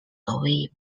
away